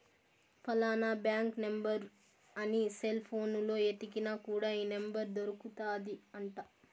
ఫలానా bank number అని cell పోనులో ఎతికిన కూడా ఈ నెంబర్ దొరుకుతాది అంట